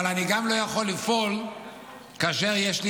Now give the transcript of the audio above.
אבל אני גם לא יכול לפעול כאשר יש לי